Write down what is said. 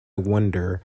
wonder